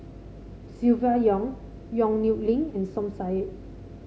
Silvia Yong Yong Nyuk Lin and Som Said